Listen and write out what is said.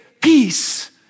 peace